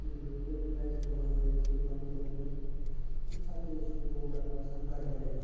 ییٚلہِ بہٕ پٔتۍمہِ لٹہِ تہِ کہِ بَنڈپوٗرِس منٛز تَمہِ سات تہِ حظ اوس مےٚ تھوڑا باسان گڑ بَڑٕے